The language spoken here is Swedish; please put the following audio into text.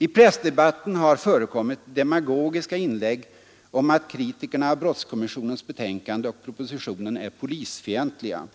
I pressdebatten har det förekommit demagogiska inlägg om att kritikerna av brottskommissionens betänkande och propositionen är polisfientliga.